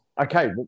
okay